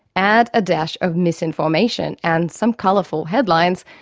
add a dash of misinformation and some colourful headlines,